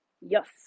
Yes